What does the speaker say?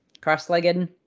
cross-legged